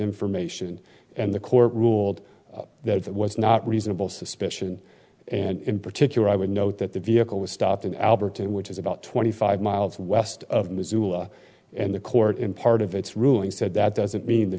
information and the court ruled that it was not reasonable suspicion and in particular i would note that the vehicle was starting albertine which is about twenty five miles west of missoula and the court in part of its ruling said that doesn't mean the